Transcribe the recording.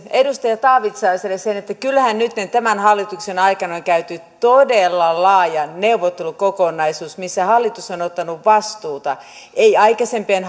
edustaja taavitsaiselle kyllähän nytten tämän hallituksen aikana on käyty todella laaja neuvottelukokonaisuus missä hallitus on ottanut vastuuta ei aikaisempien